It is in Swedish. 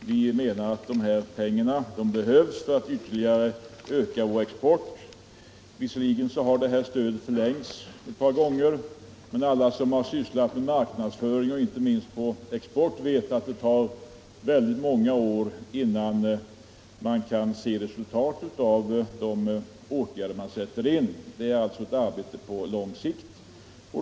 Vi anser att dessa pengar behövs för att ytterligare öka vår export. Visserligen har stödet förlängts ett par gånger, men alla som har sysslat med marknadsföring och inte minst med export vet att det tar många år innan man kan se resultatet av de åtgärder som man sätter in. Det är alltså ett arbete på lång sikt.